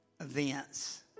events